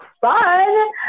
fun